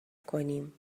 کنیم